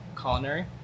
Culinary